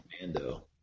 Commando